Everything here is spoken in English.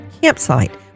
campsite